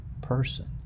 person